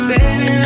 Baby